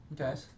Okay